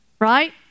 right